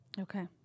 Okay